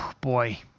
Boy